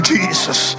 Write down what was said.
Jesus